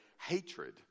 hatred